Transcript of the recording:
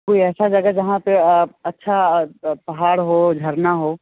कोई ऐसा जगह जहाँ पे अच्छा पहाड़ हो झरना हो